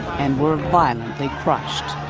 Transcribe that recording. and were violently crushed.